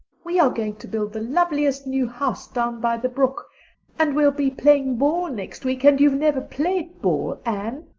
we are going to build the loveliest new house down by the brook and we'll be playing ball next week and you've never played ball, anne.